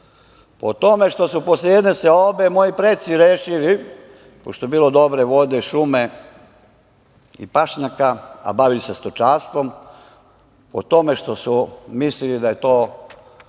po tome što su posle jedne seobe moji preci rešili, pošto je bilo dobre vode, šume, i pašnjaka, a bavili se stočarstvom, po tome što su mislili da je to